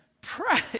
pray